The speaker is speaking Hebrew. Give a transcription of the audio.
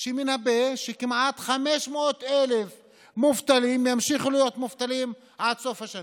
מנבא שכמעט 500,000 מובטלים ימשיכו להיות מובטלים עד סוף השנה,